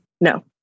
No